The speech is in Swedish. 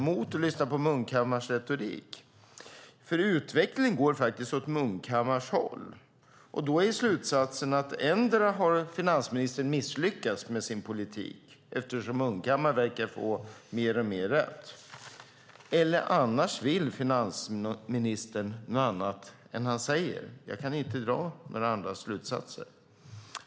Den kan ställas mot Munkhammars retorik. Utvecklingen går åt Munkhammars håll. Då är slutsatsen att endera har finansministern misslyckats med sin politik - eftersom Munkhammar verkar få alltmer rätt - eller så vill finansministern något annat än han säger. Jag kan inte dra några andra slutsatser.